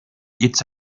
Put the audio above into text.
its